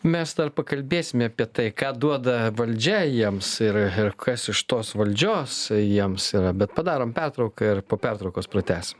mes dar pakalbėsime apie tai ką duoda valdžia jiems ir ir kas iš tos valdžios jiems yra bet padarom pertrauką ir po pertraukos pratęs